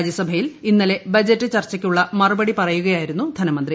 രാജ്യസഭയിൽ ഇന്നലെ ബജറ്റ് ചർച്ചയ്ക്കുള്ള മറുപ്പടി പറയുകയായിരുന്നു ധനമന്ത്രി